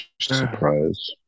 surprise